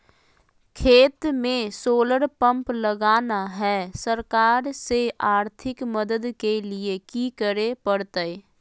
खेत में solar pump लगाना है, सरकार से आर्थिक मदद के लिए की करे परतय?